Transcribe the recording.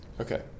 Okay